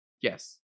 yes